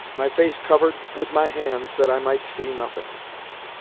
my face covered with my hands that i might see nothing.